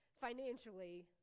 financially